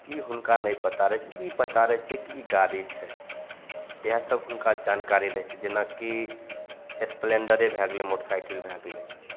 ई हुनका नहि पता रहै छै ई पता रहै छै कि ई गाड़ी छै इएहसबके हुनका जानकारी रहै छै जेनाकि स्पेलेन्डरे भै गेलै मोटरसाइकिल भै गेलै